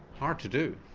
hard to do.